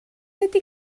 ydy